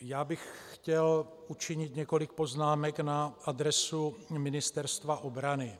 Já bych chtěl učinit několik poznámek na adresu Ministerstva obrany.